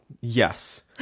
yes